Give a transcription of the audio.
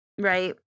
Right